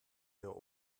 ihrer